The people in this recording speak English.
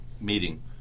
meeting